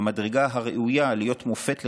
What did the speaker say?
במדרגה הראויה להיות מופת לרבים,